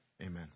Amen